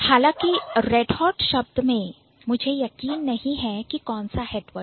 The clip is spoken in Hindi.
हालांकि Redhot मैं मुझे यकीन नहीं है कि कौन सा हेडवर्ड है